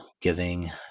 giving